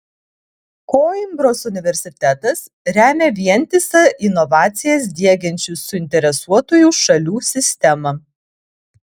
koimbros universitetas remia vientisą inovacijas diegiančių suinteresuotųjų šalių sistemą